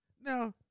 Now